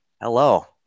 Hello